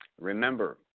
Remember